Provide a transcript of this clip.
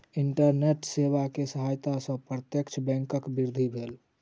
internet सेवा के सहायता से प्रत्यक्ष बैंकक वृद्धि भेल